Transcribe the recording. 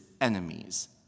enemies